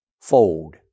fold